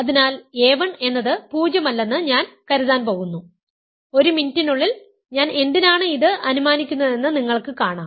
അതിനാൽ a1 എന്നത് 0 അല്ലെന്ന് ഞാൻ കരുതാൻ പോകുന്നു ഒരു മിനിറ്റിനുള്ളിൽ ഞാൻ എന്തിനാണ് ഇത് അനുമാനിക്കുന്നതെന്ന് നിങ്ങൾക്ക് കാണാം